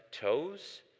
toes